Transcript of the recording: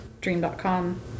dream.com